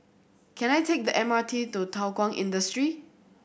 can I take the M R T to Thow Kwang Industry